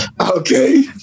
Okay